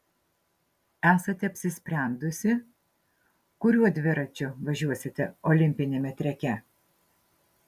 esate apsisprendusi kuriuo dviračiu važiuosite olimpiniame treke